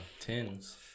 tins